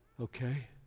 Okay